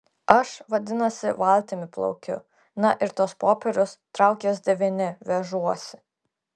aš vadinasi valtimi plaukiu na ir tuos popierius trauk juos devyni vežuosi